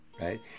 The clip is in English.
right